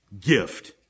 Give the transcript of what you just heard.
gift